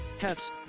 hats